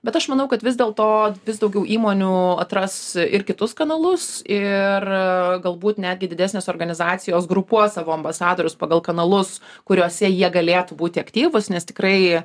bet aš manau kad vis dėl to vis daugiau įmonių atras ir kitus kanalus ir galbūt netgi didesnės organizacijos grupuos savo ambasadorius pagal kanalus kuriuose jie galėtų būti aktyvūs nes tikrai